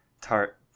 tart